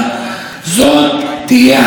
תופעה לא פחות מדאיגה,